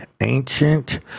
ancient